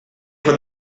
for